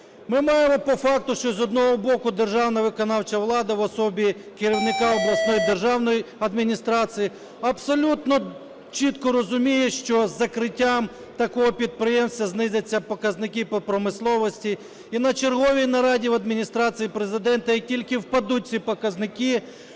Ми маємо по факту, що, з одного боку, державна виконавча влада в особі керівника обласної державної адміністрації абсолютно чітко розуміє, що із закриттям такого підприємства знизяться показники по промисловості і на черговій нараді в адміністрації Президента, як тільки впадуть ці показники,